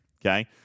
Okay